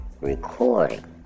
Recording